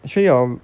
actually your